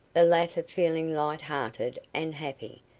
the latter feeling light-hearted and happy,